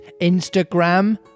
Instagram